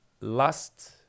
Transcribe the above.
last